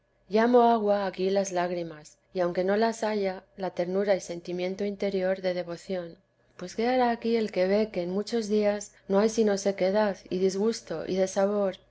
llamo agua aquí las lágrimas y aunque no las haya la ternura y sentimiento interior de devoción pues qué hará aquí el que ve que en muchos días no hay sino sequedad y disgusto y desabor